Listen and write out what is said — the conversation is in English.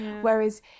Whereas